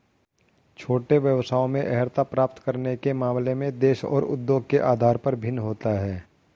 छोटे व्यवसायों में अर्हता प्राप्त करने के मामले में देश और उद्योग के आधार पर भिन्न होता है